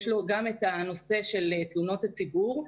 יש לו גם את הנושא של תלונות הציבור.